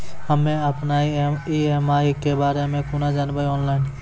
हम्मे अपन ई.एम.आई के बारे मे कूना जानबै, ऑनलाइन?